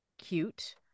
cute